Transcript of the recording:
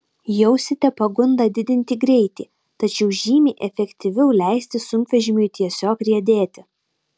jausite pagundą didinti greitį tačiau žymiai efektyviau leisti sunkvežimiui tiesiog riedėti